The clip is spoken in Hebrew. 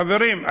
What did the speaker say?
חברים,